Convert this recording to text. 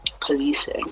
policing